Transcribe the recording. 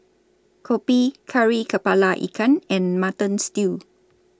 Kopi Kari Kepala Ikan and Mutton Stew